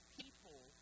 people